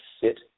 sit